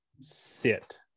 sit